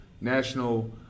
national